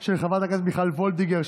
של חברת הכנסת מיכל וולדיגר,